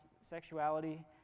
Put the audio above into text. sexuality